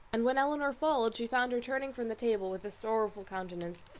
and when elinor followed, she found her turning from the table with a sorrowful countenance,